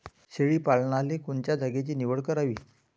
शेळी पालनाले कोनच्या जागेची निवड करावी?